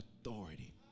authority